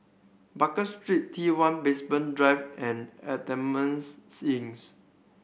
Baker Street T One Basement Drive and Adamson Inns